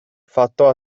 fatto